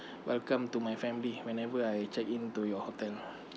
welcome to my family whenever I check in to your hotel